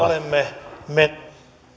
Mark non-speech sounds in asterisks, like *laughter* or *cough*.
*unintelligible* olemme me